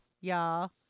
y'all